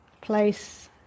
place